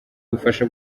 ubufasha